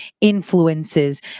influences